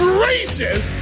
Gracious